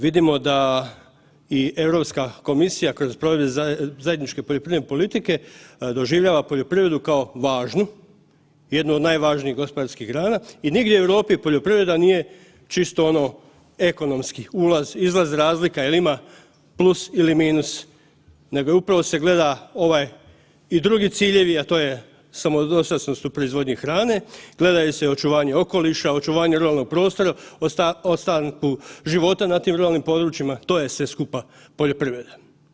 Vidimo da iz Europska komisija kroz provedbe zajedničke poljoprivredne politike, doživljava poljoprivredu kao važnu, jednu od najvažnijih gospodarskih grana i nigdje u Europi poloprivreda nije čisto ono ekonomski, ulaz, izlaz, razlika jel ima, plus ili minus, nego upravo se gleda ovaj i drugi ciljevi, a to je samodostatnost u proizvodnji hrane, gledaju se očuvanje okoliša, očuvanje ruralnog prostora, ostanku života na tim ruralnim područjima, to je sve skupa poljoprivreda.